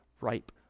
ripe